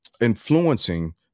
influencing